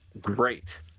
great